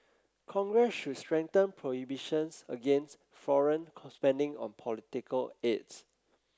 Congress should strengthen prohibitions against foreign spending on political ads